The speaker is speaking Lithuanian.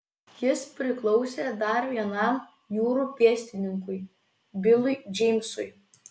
jis priklausė dar vienam jūrų pėstininkui bilui džeimsui